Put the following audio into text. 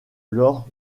lors